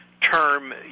term